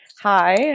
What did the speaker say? Hi